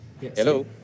Hello